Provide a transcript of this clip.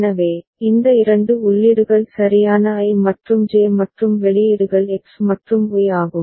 எனவே இந்த இரண்டு உள்ளீடுகள் சரியான I மற்றும் J மற்றும் வெளியீடுகள் எக்ஸ் மற்றும் ஒய் ஆகும்